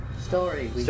story